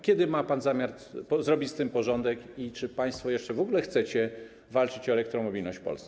Kiedy ma pan zamiar zrobić z tym porządek i czy państwo jeszcze w ogóle chcecie walczyć o elektromobilność w Polsce?